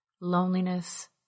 loneliness